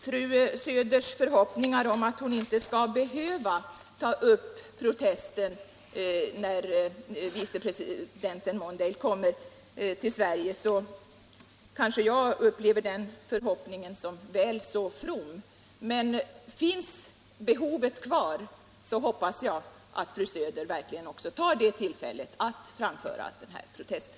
Fru Söders förhoppning att hon inte skall behöva ta upp protesten när vicepresidenten Mondale kommer till Sverige upplever jag som väl from. Men finns behovet kvar hoppas jag att fru Söder verkligen också tar tillfället i akt att framföra protesten.